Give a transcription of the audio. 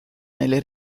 nelle